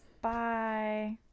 Bye